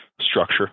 structure